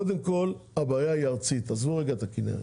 קודם כל הבעיה היא ארצית, עזבו רגע את הכנרת.